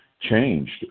changed